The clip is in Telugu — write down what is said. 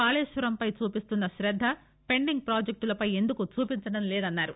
కాళేశ్వరంపై చూపుతున్న శ్రద్ద పెండింగ్ ప్రాజెక్టులపై ఎందుకు చూపడం లేదన్నారు